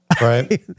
Right